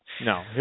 No